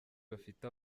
bafite